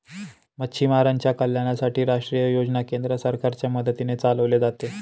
मच्छीमारांच्या कल्याणासाठी राष्ट्रीय योजना केंद्र सरकारच्या मदतीने चालवले जाते